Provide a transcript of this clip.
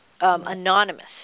anonymous